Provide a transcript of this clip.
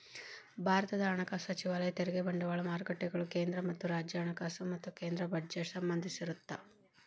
ಭಾರತದ ಹಣಕಾಸು ಸಚಿವಾಲಯ ತೆರಿಗೆ ಬಂಡವಾಳ ಮಾರುಕಟ್ಟೆಗಳು ಕೇಂದ್ರ ಮತ್ತ ರಾಜ್ಯ ಹಣಕಾಸು ಮತ್ತ ಕೇಂದ್ರ ಬಜೆಟ್ಗೆ ಸಂಬಂಧಿಸಿರತ್ತ